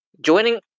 joining